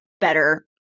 better